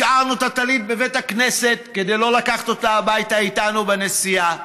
השארנו את הטלית בבית הכנסת כדי לא לקחת אותה הביתה איתנו בנסיעה.